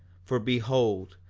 for behold,